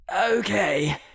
Okay